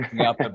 up